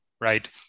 right